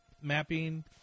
mapping